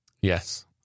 Yes